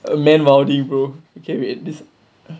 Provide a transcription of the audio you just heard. man moding brother